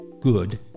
good